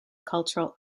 cultural